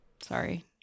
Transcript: sorry